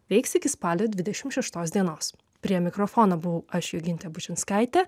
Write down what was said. veiks iki spalio dvidešimt šeštos dienos prie mikrofono buvau aš jogintė bučinskaitė